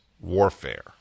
warfare